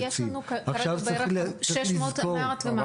ויש לנו כרגע בערך 600, אמרת, ומשהו.